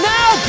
Now